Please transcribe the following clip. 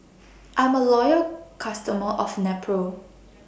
I'm A Loyal customer of Nepro